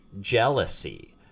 jealousy